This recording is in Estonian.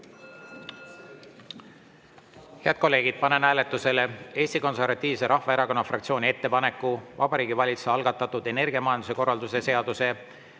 kolleegid, panen hääletusele Eesti Konservatiivse Rahvaerakonna fraktsiooni ettepaneku Vabariigi Valitsuse algatatud energiamajanduse korralduse seaduse,